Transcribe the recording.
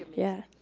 yeah.